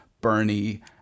Bernie